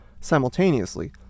Simultaneously